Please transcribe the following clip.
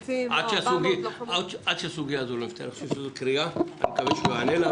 זו קריאה שאני מקווה שהוא ייענה לה,